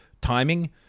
timing